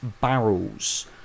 barrels